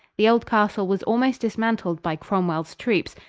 the old castle was almost dismantled by cromwell's troops,